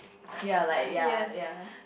ya like ya ya